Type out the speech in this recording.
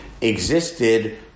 existed